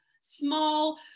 small